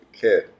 kid